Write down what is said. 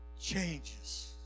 changes